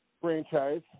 franchise